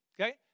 okay